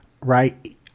right